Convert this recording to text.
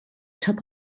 top